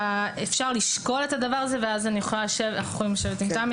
אפשר לשקול את הדבר הזה ואז אני יכולים לשבת עם תמי